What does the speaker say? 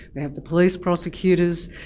we have the police prosecutors,